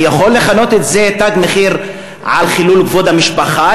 אני יכול לכנות את זה "תג מחיר" על חילול כבוד המשפחה,